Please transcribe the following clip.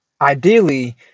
Ideally